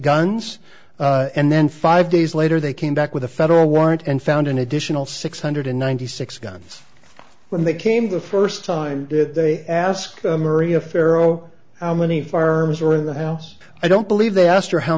guns and then five days later they came back with a federal warrant and found an additional six hundred ninety six guns when they came the first time did they ask mary a ferro how many farms were in the house i don't believe they asked her how